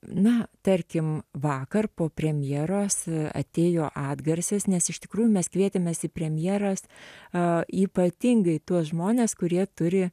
na tarkim vakar po premjeros atėjo atgarsis nes iš tikrųjų mes kvietėmės į premjeras a ypatingai tuos žmones kurie turi